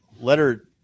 letter